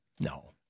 No